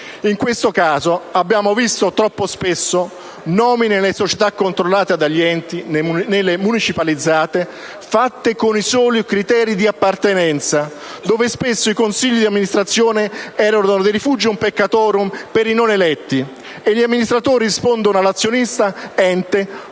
In questo caso abbiamo visto troppo spesso nelle società controllate dagli enti e nelle municipalizzate nomine fatte con i soli criteri di appartenenza, in cui spesso i consigli di amministrazione sono un *refugium peccatorum* per i non eletti e gli amministratori rispondono all'azionista ente